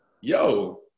yo